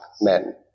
men